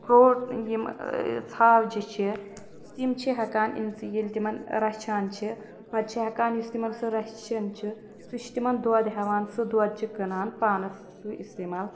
گوٚٹ یِمہٕ ژھاوجہِ چھِ تِم چھِ ہٮ۪کان ییٚلہِ تِمَن رَچھان چھِ پَتہٕ چھُ ہٮ۪کان سُہ یُس تِمَن سُہ رچھان چھُ سُہ چھُ تِمَن دوٚد ہٮ۪وان سُہ دوٚد چھُ کٕنان پانَس سُہ اِستعمال